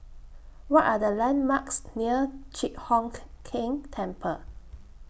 What Are The landmarks near Chi Hock Keng Temple